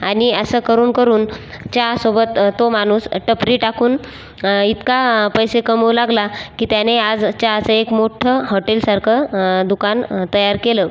आणि असं करून करून चहासोबत तो माणूस टपरी टाकून इतका पैसे कमवू लागला की त्याने आज चहाचं एक मोठं हॉटेलसारखं दुकान तयार केलं